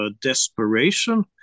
desperation